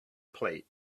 plate